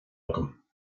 agam